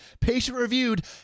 patient-reviewed